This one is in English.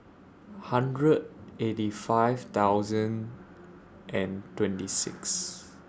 hundred eighty five thousand and twenty six